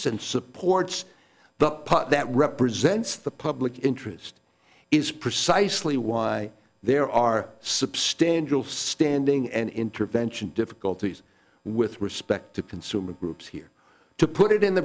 and supports but that represents the public interest is precisely why there are substantial standing and intervention difficulties with respect to consumer groups here to put it in the